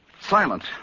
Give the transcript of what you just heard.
Silent